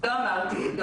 לא אמרתי את זה,